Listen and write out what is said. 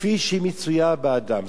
כאשר היא מצויה באדם".